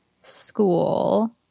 school